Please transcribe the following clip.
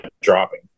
dropping